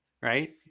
Right